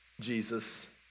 Jesus